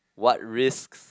what risks